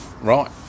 right